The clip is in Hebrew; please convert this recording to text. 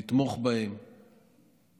לתמוך בהם ולהראות